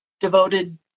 devoted